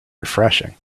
refreshing